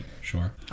Sure